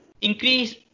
increase